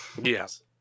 Yes